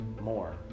More